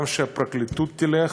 גם שהפרקליטות תלך